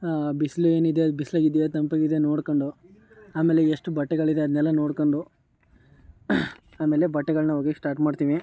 ಬಿಸ್ಲು ಏನಿದೆ ಅದು ಬಿಸಿಲಾಗಿದ್ಯಾ ತಂಪಾಗಿದೆಯಾ ನೋಡ್ಕೊಂಡು ಆಮೇಲೆ ಎಷ್ಟು ಬಟ್ಟೆಗಳಿದೆ ಅದನ್ನೆಲ್ಲಾ ನೋಡ್ಕೊಂಡು ಆಮೇಲೆ ಬಟ್ಟೆಗಳ್ನ ಒಗೆಯಕ್ಕೆ ಸ್ಟಾರ್ಟ್ ಮಾಡ್ತೀನಿ